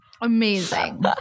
amazing